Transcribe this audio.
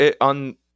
on